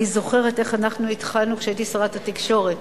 אני זוכרת איך אנחנו התחלנו, כשהייתי שרת התקשורת,